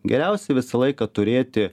geriausia visą laiką turėti